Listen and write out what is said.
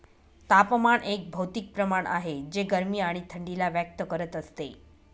तापमान एक भौतिक प्रमाण आहे जे गरमी आणि थंडी ला व्यक्त करत असते